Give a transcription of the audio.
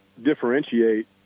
differentiate